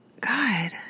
God